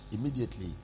immediately